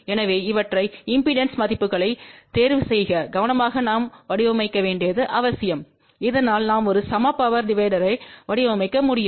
எனவே இவற்றை இம்பெடன்ஸ் மதிப்புகளைத் தேர்வுசெய்க கவனமாக நாம் வடிவமைக்க வேண்டியது அவசியம் இதனால் நாம் ஒரு சம பவர் டிவைடர்னை வடிவமைக்க முடியும்